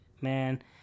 man